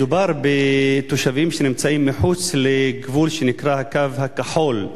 מדובר בתושבים שנמצאים מחוץ לגבול שנקרא "הקו הכחול"